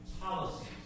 policies